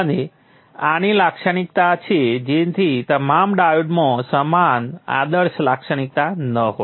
અને આની લાક્ષણિકતા છે જેથી તમામ ડાયોડમાં સમાન આદર્શ લાક્ષણિકતા ન હોય